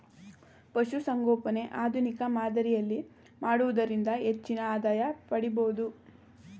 ಪಶುಸಂಗೋಪನೆ ಆಧುನಿಕ ಮಾದರಿಯಲ್ಲಿ ಮಾಡುವುದರಿಂದ ಹೆಚ್ಚಿನ ಆದಾಯ ಪಡಿಬೋದು